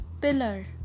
pillar